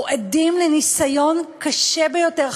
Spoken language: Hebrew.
אנחנו עדים לניסיון קשה ביותר,